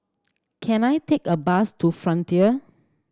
can I take a bus to Frontier